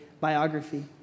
biography